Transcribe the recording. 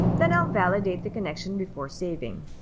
then i'll validate the connection before saving.